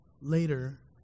later